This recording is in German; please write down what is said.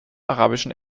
arabischen